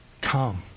Come